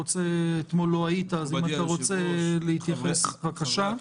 אתמול לא היית אז אם אתה רוצה להתייחס, בבקשה.